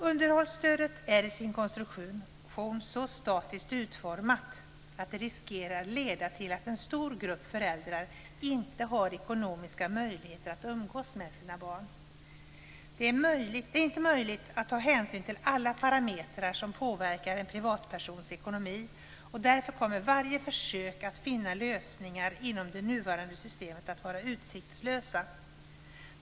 Underhållsstödet är i sin konstruktion så statiskt utformat att det riskerar leda till att en stor grupp föräldrar inte har ekonomiska möjligheter att umgås med sina barn. Det är inte möjligt att ta hänsyn till alla parametrar som påverkar en privatpersons ekonomi. Därför kommer varje försök att finna lösningar inom det nuvarande systemet att vara utsiktslösa.